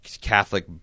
Catholic